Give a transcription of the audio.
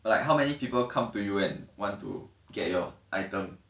like how many people come to you when want to get your item